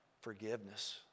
forgiveness